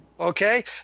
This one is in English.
Okay